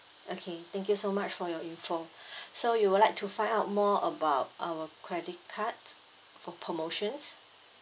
okay thank you so much for your information so you would like to find out more about our credit cards for promotions